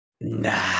Nah